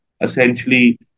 essentially